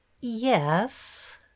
yes